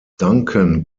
duncan